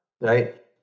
right